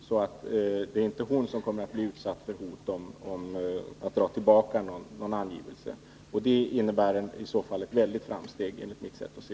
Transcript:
Kvinnan kommer alltså inte att bli utsatt för hot om att dra tillbaka en angivelse. Det innebär ett stort framsteg enligt mitt sätt att se.